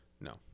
No